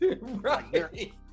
right